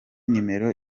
nimero